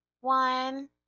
one